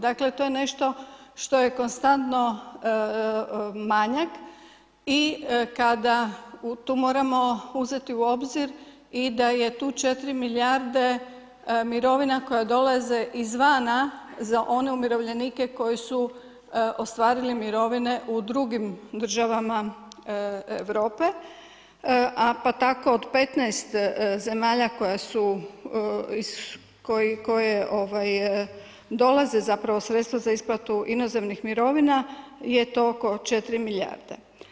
Dakle to je nešto što je konstantno manjak i kada, tu moramo uzeti u obzir i da je tu 4 milijarde mirovina koja dolaze iz vana za one umirovljenike koji su ostvarili mirovine u drugim državama Europe, a pa tako od 15 zemalja koje su, iz koje dolaze zapravo sredstva za isplatu inozemnih mirovina je to oko 4 milijarde.